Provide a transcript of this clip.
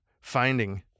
finding